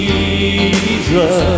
Jesus